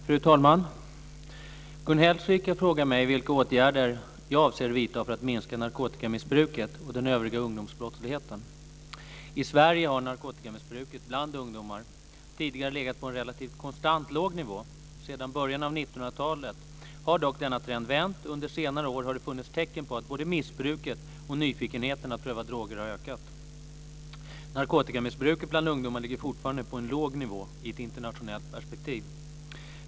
Fru talman! Gun Hellsvik har frågat mig vilka åtgärder jag avser vidta för att minska narkotikamissbruket och den övriga ungdomsbrottsligheten. I Sverige har narkotikamissbruket bland ungdomar tidigare legat på en relativt konstant låg nivå. Sedan början av 1990-talet har dock denna trend vänt och under senare år har det funnits tecken på att både missbruket och nyfikenheten när det gäller att pröva droger har ökat. Narkotikamissbruket bland ungdomar ligger fortfarande på en låg nivå i ett internationellt perspektiv.